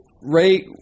Ray